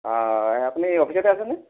আপুনি অফিচতে আছেনে